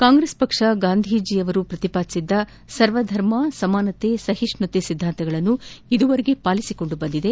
ಕಾಂಗ್ರೆಸ್ ಪಕ್ಷ ಗಾಂಧೀಜಿಯವರು ಪ್ರತಿಪಾದಿಸಿದ್ದ ಸರ್ವಧರ್ಮ ಸಮಾನತೆ ಸಹಿಷ್ಣತಾ ಸಿದ್ದಾಂತಗಳನ್ನು ಇದುವರೆಗೂ ಪಾಲಿಸಿಕೊಂಡು ಬಂದಿದೆ